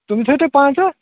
تِم تھٲیِو تُہۍ پَنٛژاہ